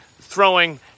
throwing